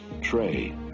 Trey